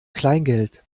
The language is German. kleingeld